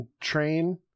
Train